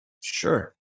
Sure